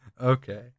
Okay